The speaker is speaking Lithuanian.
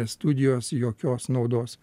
studijos jokios naudos